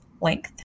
length